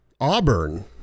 Auburn